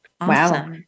wow